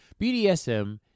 BDSM